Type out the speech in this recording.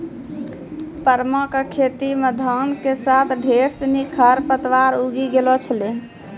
परमा कॅ खेतो मॅ धान के साथॅ ढेर सिनि खर पतवार उगी गेलो छेलै